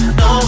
no